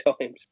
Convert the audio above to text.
times